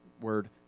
word